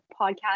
podcast